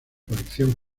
colección